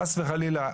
חס וחלילה,